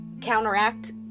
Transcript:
counteract